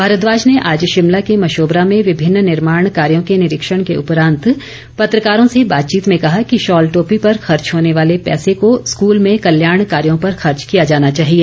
भारद्वाज ने आज शिमला के मशोबरा में विभिन्न निर्माण कार्यों के निरीक्षण के उपरांत पत्रकारों से बातचीत में कहा कि शॉल टोपी पर खर्च होने वाले पैसे को स्कूल में कल्याण कार्यों पर खर्च किया जाना चाहिए